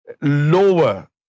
lower